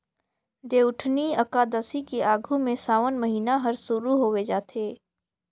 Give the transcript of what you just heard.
देवउठनी अकादसी के आघू में सावन महिना हर सुरु होवे जाथे